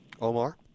Omar